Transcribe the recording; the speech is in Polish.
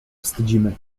wstydzimy